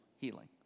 healing